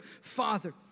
Father